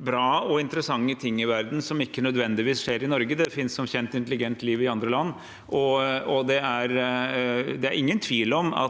bra og interessante ting i verden som ikke nødvendigvis skjer i Norge. Det finnes som kjent intelligent liv i andre land. Det er ingen tvil om at